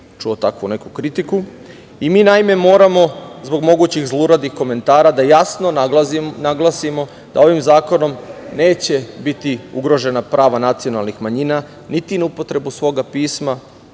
Mi, naime, moramo zbog mogućih zluradih komentara da jasno naglasimo da ovim zakonom neće biti ugrožena prava nacionalnih manjina, niti na upotrebu svoga pisma,